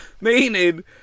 Meaning